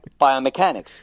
biomechanics